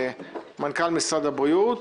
מנכ"ל משרד הבריאות.